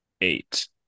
eight